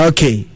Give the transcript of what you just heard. Okay